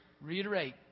reiterate